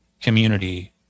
community